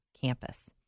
campus